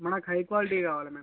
మనకి high quality కావాలి ma'am